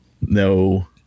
no